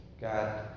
God